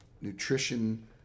nutrition